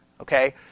okay